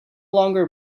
longer